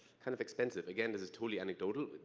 kind of expensive. again, this is totally anecdotal.